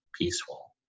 peaceful